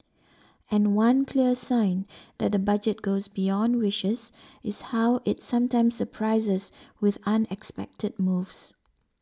and one clear sign that the budget goes beyond wishes is how it sometimes surprises with unexpected moves